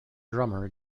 drummer